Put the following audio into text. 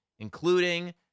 including